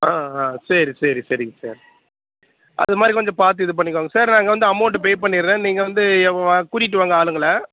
ஆ ஆ சரி சரி சரிங்க சார் அதுமாதிரி கொஞ்சம் பார்த்து இது பண்ணிக்கோங்க சார் நான் அங்கே வந்து அமௌண்டு பே பண்ணிடுறேன் நீங்கள் வந்து எவ் கூட்டிட்டு வாங்க ஆளுங்களை